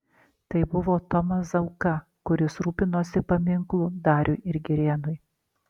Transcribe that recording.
tai buvo tomas zauka kuris rūpinosi paminklu dariui ir girėnui